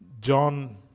John